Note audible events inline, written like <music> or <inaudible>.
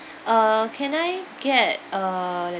<breath> uh can I get uh